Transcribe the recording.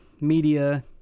media